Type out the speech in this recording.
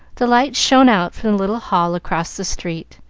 the lights shone out from the little hall across the street,